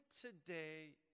today